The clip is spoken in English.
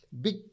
big